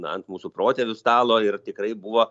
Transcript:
ant mūsų protėvių stalo ir tikrai buvo